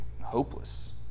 hopeless